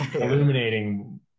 illuminating